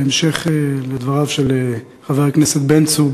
בהמשך לדבריו של חבר הכנסת בן צור,